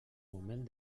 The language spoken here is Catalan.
moment